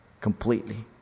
completely